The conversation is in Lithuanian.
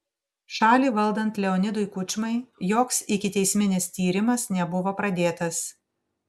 šalį valdant leonidui kučmai joks ikiteisminis tyrimas nebuvo pradėtas